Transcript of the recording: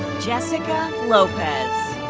jessica lopez.